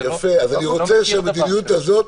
אני לא מכיר דבר כזה.